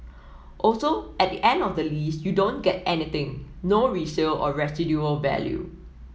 also at the end of the lease you don't get anything no resale or residual value